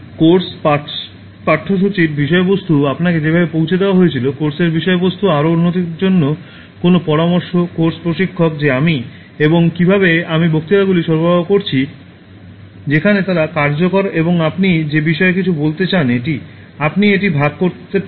course পাঠ্যসূচীর বিষয়বস্তু আপনাকে যেভাবে পৌঁছে দেওয়া হয়েছিল কোর্সের বিষয়বস্তু আরও উন্নতির জন্য কোনও পরামর্শ কোর্স প্রশিক্ষক যে আমি এবং কীভাবে আমি বক্তৃতাগুলি সরবরাহ করেছি যেখানে তারা কার্যকর এবং আপনি যে বিষয়ে কিছু বলতে চান এটি আপনি এটি ভাগ করতে পারেন